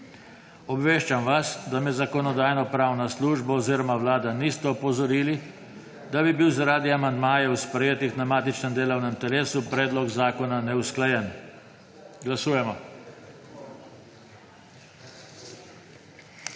Obveščam vas, da me Zakonodajno-pravna služba oziroma Vlada nista opozorili, da bi bil zaradi amandmajev, sprejetih na matičnem delovnem telesu, predlog zakona neusklajen. Glasujemo.